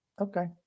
Okay